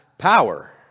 Power